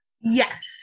Yes